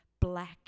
black